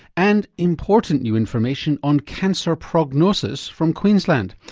and important new information on cancer prognosis from queensland.